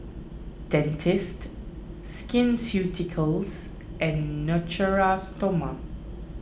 Dentiste Skin Ceuticals and Natura Stoma